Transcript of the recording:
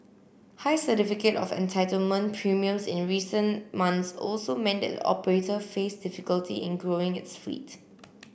high certificate of entitlement premiums in recent months also meant that the operator faced difficulty in growing its fleet